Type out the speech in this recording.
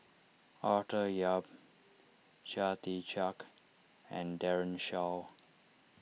Arthur Yap Chia Tee Chiak and Daren Shiau